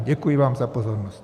Děkuji vám za pozornost.